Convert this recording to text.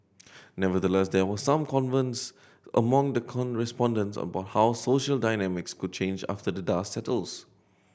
nevertheless there were some concerns among the respondents about how the social dynamics could change after the dust settles